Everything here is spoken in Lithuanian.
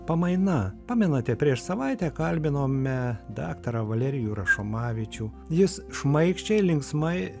pamaina pamenate prieš savaitę kalbinome daktarą valerijų rašomavičių jis šmaikščiai linksmai